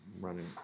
running